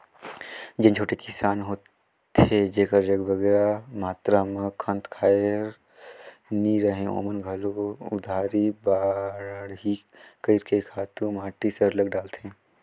जेन छोटे किसान होथे जेकर जग बगरा मातरा में खंत खाएर नी रहें ओमन घलो उधारी बाड़ही कइर के खातू माटी सरलग डालथें